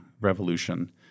Revolution –